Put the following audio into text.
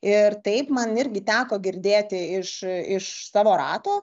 ir taip man irgi teko girdėti iš iš savo rato